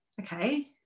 okay